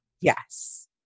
yes